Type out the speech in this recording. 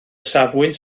safbwynt